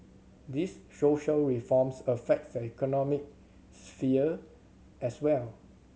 these social reforms affect the economic sphere as well